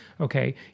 Okay